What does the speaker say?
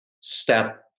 step